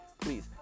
please